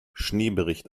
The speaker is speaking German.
schneebericht